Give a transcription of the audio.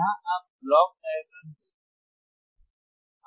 यहां आप block diagram देख सकते हैं